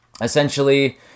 essentially